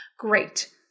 Great